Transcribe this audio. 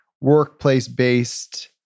workplace-based